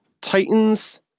Titans